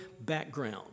background